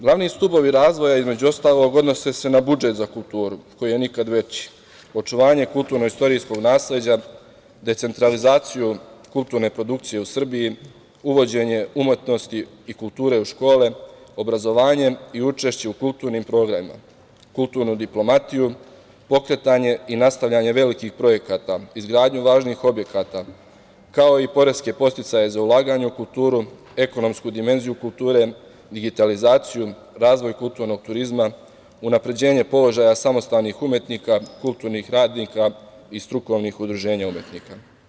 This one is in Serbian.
Glavni stubovi razvoja, između ostalog, odnose se na budžet za kulturu, koji je nikad veći, očuvanje kulturno-istorijskog nasleđa, decentralizaciju kulturne produkcije u Srbiji, uvođenje umetnosti i kulture u škole, obrazovanjem i učešćem u kulturnim programima, kulturnu diplomatiju, pokretanje i nastavljanje velikih projekata, izgradnju važnih objekata, kao i poreske podsticaje za ulaganje u kulturu, ekonomsku dimenziju kulture, digitalizaciju, razvoj kulturnog turizma, unapređenje položaja samostalnih umetnika, kulturnih radnika i strukovnih udruženja umetnika.